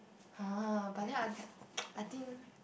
[huh] but then I can I think